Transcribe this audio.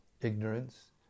ignorance